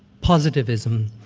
positivism,